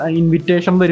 invitation